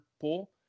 pull